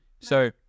So-